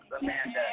Amanda